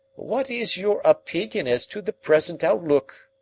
what is your opinion as to the present outlook?